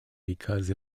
because